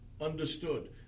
understood